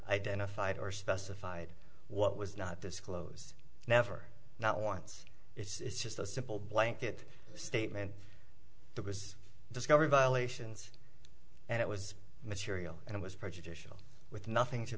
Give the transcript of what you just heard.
identified or specified what was not disclosed never not once it's just a simple blanket statement that was discovered violations and it was material and it was prejudicial with nothing to